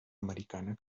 americana